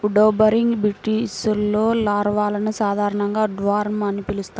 wood boring బీటిల్స్లో లార్వాలను సాధారణంగా ఉడ్వార్మ్ అని పిలుస్తారు